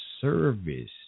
service